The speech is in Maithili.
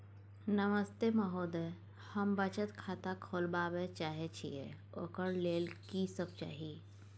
नमस्ते महोदय, हम बचत खाता खोलवाबै चाहे छिये, ओकर लेल की सब चाही?